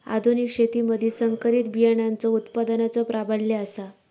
आधुनिक शेतीमधि संकरित बियाणांचो उत्पादनाचो प्राबल्य आसा